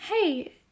Hey